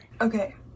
Okay